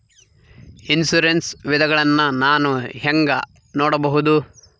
Insurance ವಿಧಗಳನ್ನ ನಾನು ಹೆಂಗ ನೋಡಬಹುದು?